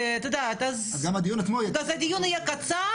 אז את יודעת -- אז גם בדיון עצמו היה ככה.